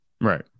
Right